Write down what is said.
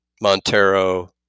Montero